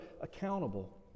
accountable